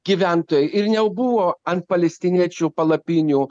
gyventojai ir jau buvo ant palestiniečių palapinių